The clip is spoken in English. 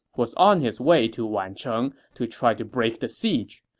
was on his way to wancheng to try to break the siege,